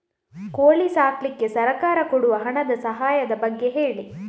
ಕೋಳಿ ಸಾಕ್ಲಿಕ್ಕೆ ಸರ್ಕಾರ ಕೊಡುವ ಹಣದ ಸಹಾಯದ ಬಗ್ಗೆ ಹೇಳಿ